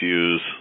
use